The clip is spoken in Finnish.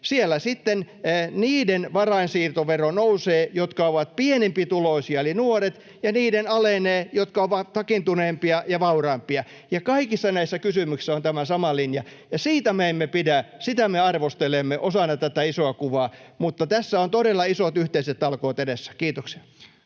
Siellä sitten nousee niiden varainsiirtovero, jotka ovat pienempituloisia, eli nuoret, ja niiden alenee, jotka ovat vakiintuneempia ja vauraampia. Kaikissa näissä kysymyksissä on tämä sama linja, ja siitä me emme pidä. Sitä me arvostelemme osana tätä isoa kuvaa. Tässä on todella isot yhteiset talkoot edessä. — Kiitoksia.